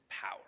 power